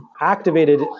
activated